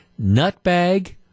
Nutbag